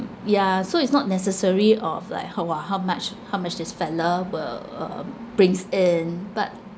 yeah so it's not necessary of like how !wah! how much how much this fella will um brings in but